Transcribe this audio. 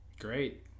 great